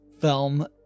film